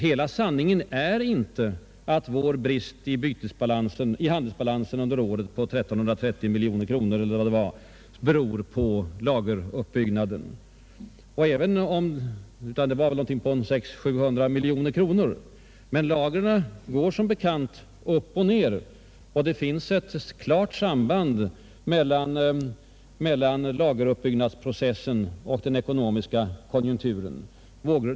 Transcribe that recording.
Hela sanningen är inte att vår brist i handelsbalansen under året på 1 330 miljoner kronor — eller vad det var — beror på lageruppbyggnaden, utan därvidlag rör det sig om mellan 600 och 700 miljoner kronor. Lagren går som bekant upp och ned. Det finns ett klart samband mellan lageruppbyggnadsprocessen och den ekonomiska konjunkturen.